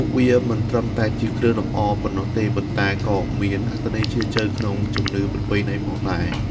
ពួកវាមិនត្រឹមតែជាគ្រឿងលម្អប៉ុណ្ណោះទេ ប៉ុន្តែក៏មានអត្ថន័យជ្រាលជ្រៅក្នុងជំនឿប្រពៃណីផងដែរ។